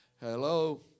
Hello